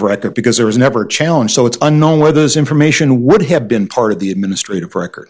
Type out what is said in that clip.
record because there was never a challenge so it's unknown whether his information would have been part of the administrative record